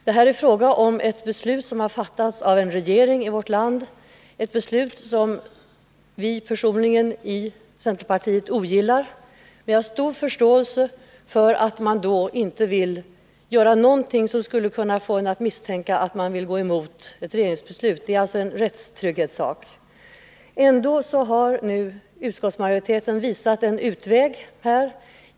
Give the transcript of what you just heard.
Det är här fråga om ett beslut som har fattats av landets regering. Det är ett beslut som vi i Nr 33 centerpartiet personligen ogillar, men jag har stor förståelse för att man inte Onsdagen den vill göra någonting som skulle kunna uppfattas som att man vill gå emot ett 21 november 1979 regeringsbeslut — det är alltså en rättstrygghetssak.